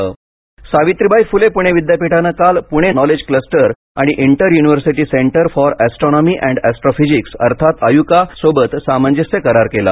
पुणे विद्यापीठ सावित्रीबाई फुले पुणे विद्यापीठानं काल पुणे नॉलेज क्लस्टर आणि inter university centre for astronomy and astrophysics अर्थात आयुका सोबत सामजंस्य करार केला